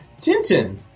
Tintin